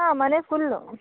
ಹಾಂ ಮನೆ ಫುಲ್ಲು